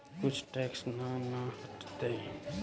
कुछ टैक्स ना न कटतइ?